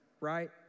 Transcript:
right